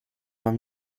man